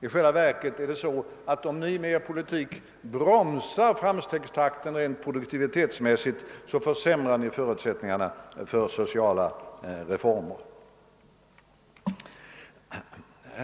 I själva verket är det så, att om ni med er politik bromsar framstegstakten rent produktivitetsmässigt försämrar ni förutsättningarna för sociala reformer.